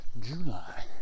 july